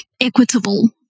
equitable